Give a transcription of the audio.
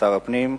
שר הפנים.